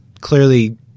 clearly